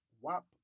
WAP